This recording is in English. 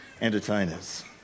entertainers